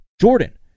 Jordan